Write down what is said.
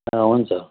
हुन्छ